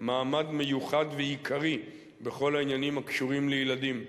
מעמד מיוחד ועיקרי בכל העניינים הקשורים לילדים.